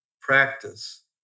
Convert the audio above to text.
practice